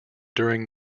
during